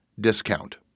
discount